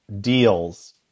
deals